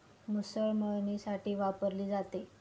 मुसळ मळणीसाठी वापरली जाते